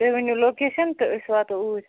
تُہۍ ؤنِو لوکیشَن تہٕ أسۍ واتو اوٗرۍ